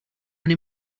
this